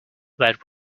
that